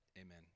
amen